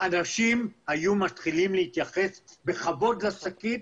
אנשים היו מתחילים להתייחס בכבוד לשקית,